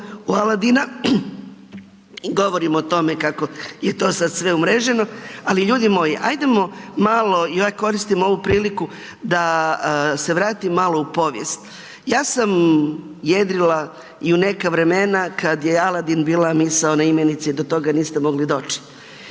u Aladina i govorimo o tome kako je to sad sve umreženo, ali ljudi moji, ajdemo malo, ja koristim ovu priliku da se vratim malo u povijest, ja sam jedrila i u neka vremena kad je Aladin bila misaona imenici do toga niste mogli doći.